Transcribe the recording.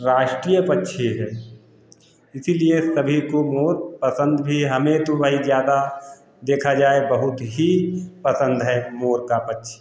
राष्टीय पक्षी है इसीलिए सभी को मोर पसंद भी है हमें तो भई ज़्यादा देखा जाए बहुत ही पसंद है मोर का पक्षी